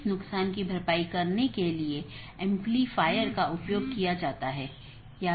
इसके बजाय हम जो कह रहे हैं वह ऑटॉनमस सिस्टमों के बीच संचार स्थापित करने के लिए IGP के साथ समन्वय या सहयोग करता है